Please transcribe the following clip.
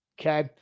Okay